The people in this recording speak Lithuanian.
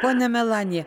ponia melanija